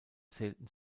zählten